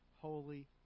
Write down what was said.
holy